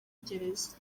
gereza